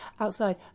outside